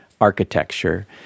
architecture